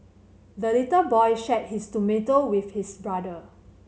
the little boy shared his tomato with his brother